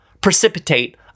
precipitate